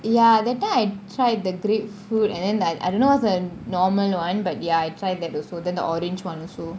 ya that time I tried the grapefruit and then like I don't know what's my normal one but ya I tried that also then the orange [one] also